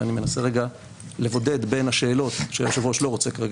אבל אני מנסה רגע לבודד בין השאלות שהיושב-ראש לא רוצה כרגע